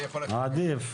אני מתחיל את הדיון.